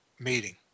meeting